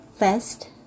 First